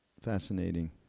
fascinating